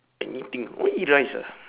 anything I want to eat rice ah